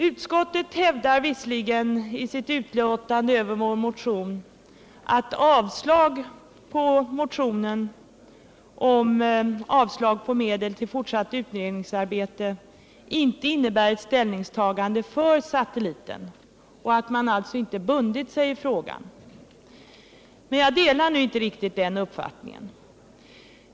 Utskottet hävdar visserligen i sitt betänkande att ett avslag på vår motion om att riksdagen inte skall anvisa medel till ett fortsatt utredningsarbete inte innebär ett ställningstagande för satelliten och att man därmed inte bundit sig i frågan. Men jag delar inte riktigt den uppfattningen.